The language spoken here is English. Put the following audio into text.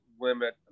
limit